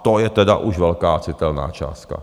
To je tedy už velká citelná částka.